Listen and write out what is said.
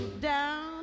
down